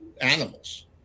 animals